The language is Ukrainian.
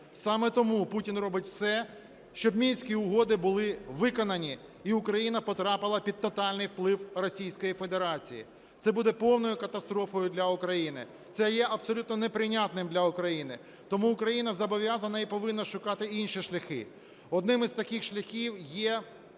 саме тому Путін робить все, щоб Мінські угоди були виконані і Україна потрапила під тотальний вплив Російської Федерації. Це буде повною катастрофою для України, це є абсолютно неприйнятним для України, тому Україна зобов'язана і повинна шукати інші шляхи. Одним із таких шляхів є